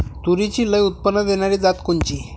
तूरीची लई उत्पन्न देणारी जात कोनची?